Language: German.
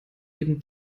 eben